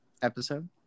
episode